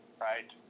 right